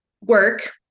work